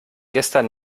gestern